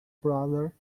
brother